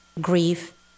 grief